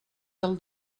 del